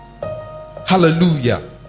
hallelujah